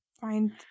find